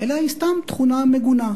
אלא זאת סתם תכונה מגונה,